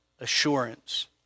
assurance